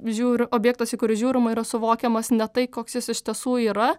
žiūri objektas į kurį žiūrima yra suvokiamas ne tai koks jis iš tiesų yra